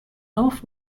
both